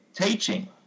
teaching